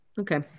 Okay